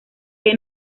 que